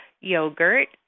yogurt